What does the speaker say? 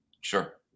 Sure